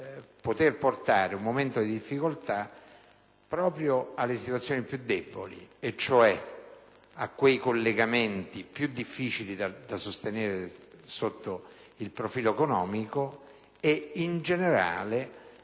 di creare un momento di difficoltà proprio alle situazioni più deboli, cioè a quei collegamenti più difficili da sostenere sotto il profilo economico e, in generale, alla